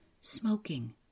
smoking